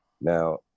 Now